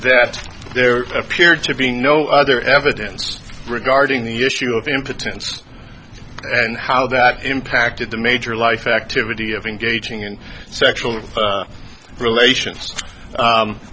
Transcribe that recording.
that there appear to be no other evidence regarding the issue of impotence and how that impacted the major life activity of engaging in sexual relations